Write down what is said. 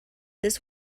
this